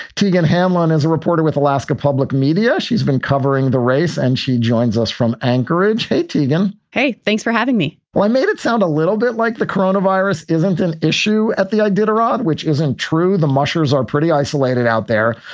to get a handle on is a reporter with alaska public media. she's been covering the race and she joins us from anchorage to them. yeah and hey, thanks for having me. well, i made it sound a little bit like the coronavirus isn't an issue at the i did a-rod, which isn't true. the mushers are pretty isolated out there,